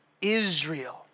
Israel